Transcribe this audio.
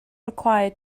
required